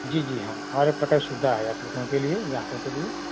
जी जी हाँ हर प्रकार सुविधा है आप लोगों के लिए ग्राहकों के लिए